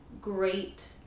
great